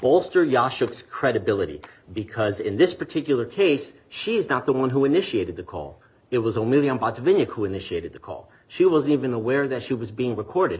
bolster ja ships credibility because in this particular case she is not the one who initiated the call it was a one million parts of who initiated the call she was even aware that she was being recorded